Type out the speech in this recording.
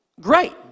great